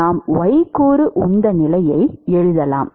நாம் Y கூறு உந்த சமநிலையை எழுதலாம்